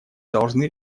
должны